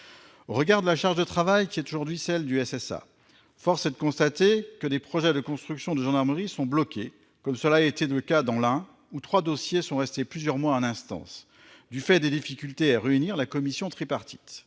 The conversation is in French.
Au regard de la charge de travail qui est aujourd'hui celle du SSA, force est de constater que des projets de construction de gendarmerie sont bloqués comme cela a été le cas dans l'Ain où trois dossiers sont restés plusieurs mois en instance, du fait des difficultés à réunir la commission tripartite.